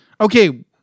okay